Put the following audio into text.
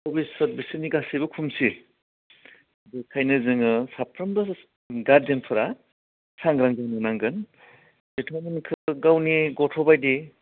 बबिसत बिसोरनि गासिबो खुमसि बेखायनो जोङो साफ्रोमबो गार्जेनफोरा सांग्रां जानो नांगोन गावनि गथ'बायदि